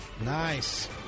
Nice